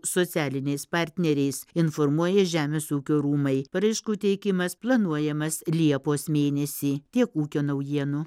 socialiniais partneriais informuoja žemės ūkio rūmai paraiškų teikimas planuojamas liepos mėnesį tiek ūkio naujienų